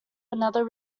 another